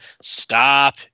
stop